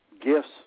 gifts